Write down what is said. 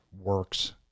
works